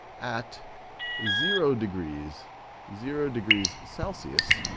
at zero degrees zero degrees celsius,